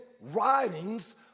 writings